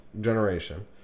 generation